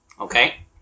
Okay